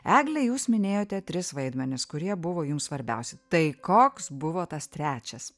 egle jūs minėjote tris vaidmenis kurie buvo jums svarbiausi tai koks buvo tas trečias